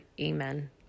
Amen